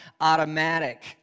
automatic